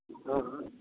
हँ हँ